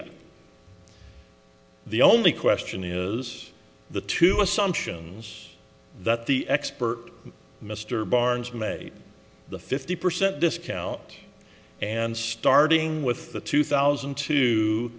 that the only question is the two assumptions that the expert mr barnes made the fifty percent discount and starting with the two thousand t